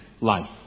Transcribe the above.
life